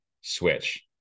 switch